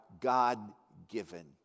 God-given